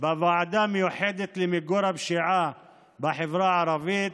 בוועדה המיוחדת למיגור הפשיעה בחברה הערבית,